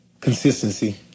Consistency